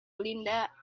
linda